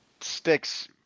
sticks